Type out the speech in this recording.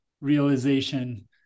realization